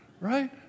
right